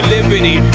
Liberty